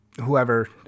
whoever